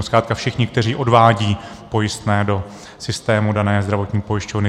Zkrátka všichni, kteří odvádějí pojistné do systému dané zdravotní pojišťovny.